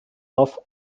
auf